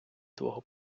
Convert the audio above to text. твого